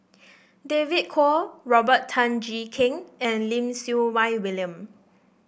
David Kwo Robert Tan Jee Keng and Lim Siew Wai William